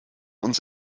uns